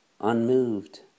unmoved